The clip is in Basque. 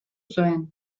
zuen